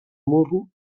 morro